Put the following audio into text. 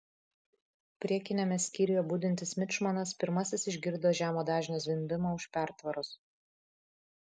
priekiniame skyriuje budintis mičmanas pirmasis išgirdo žemo dažnio zvimbimą už pertvaros